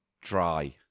Dry